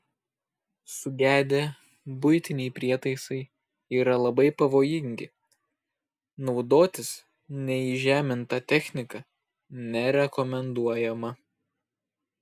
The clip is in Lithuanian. sugedę buitiniai prietaisai yra labai pavojingi naudotis neįžeminta technika nerekomenduojama